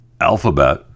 Alphabet